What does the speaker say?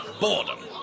Boredom